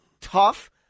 tough